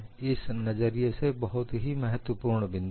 यह इस नजरिए से बहुत ही महत्वपूर्ण बिंदु है